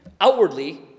outwardly